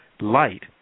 light